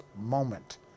moment